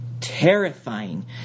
terrifying